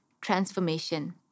transformation